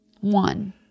One